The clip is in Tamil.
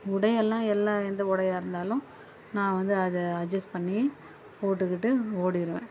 உடையெல்லாம் எல்லா எந்த உடையாக இருந்தாலும் நான் வந்து அதை அட்ஜெஸ்ட் பண்ணி போட்டுக்கிட்டு ஓடிடுவேன்